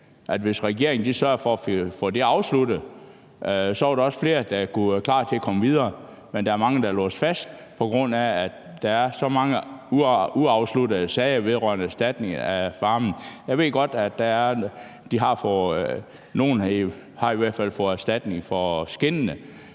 Hvis regeringen sørgede for at få det afsluttet, var der også flere, der kunne være klar til at komme videre. Men der er mange, der er låst fast, på grund af at der er så mange uafsluttede sager vedrørende erstatning af farmene. Jeg ved godt, at nogle har fået erstatning for skindene,